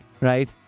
right